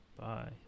Bye